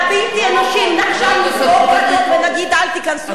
הבלתי-אנושיים, ונגיד: אל תיכנסו?